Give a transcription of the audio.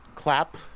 Clap